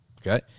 okay